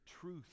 truth